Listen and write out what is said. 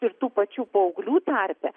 ir tų pačių paauglių tarpe